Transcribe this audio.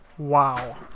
wow